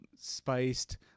spiced